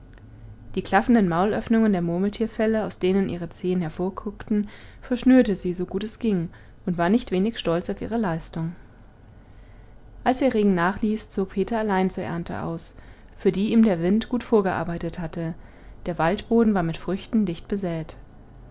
die klaffenden maulöffnungen der murmeltierfelle aus denen ihre zehen hervorguckten verschnürte sie so gut es ging und war nicht wenig stolz auf ihre leistung als der regen nachließ zog peter allein zur ernte aus für die ihm der wind gut vorgearbeitet hatte der waldboden war mit früchten dicht besät